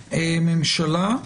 הממשלה.